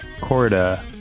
Corda